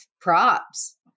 props